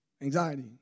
anxiety